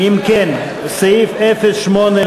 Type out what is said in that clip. ש"ס לסעיף 08,